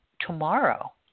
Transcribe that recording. tomorrow